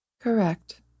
Correct